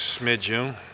Mid-June